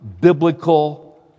biblical